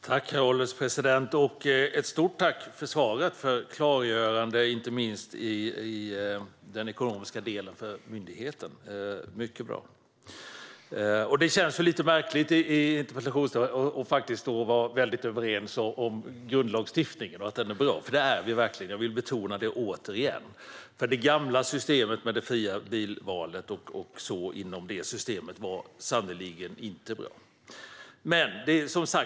Herr ålderspresident! Stort tack för svaret och för klargörandet, inte minst i den ekonomiska delen för myndigheten! Det var mycket bra. Det känns lite märkligt i en interpellationsdebatt att vara överens om att grundlagstiftningen är bra. För det är vi verkligen, och det vill jag betona återigen. Det gamla systemet med det fria bilvalet var sannerligen inte bra.